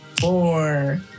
four